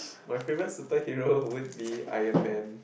my favourite superhero would be Iron-man